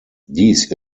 dies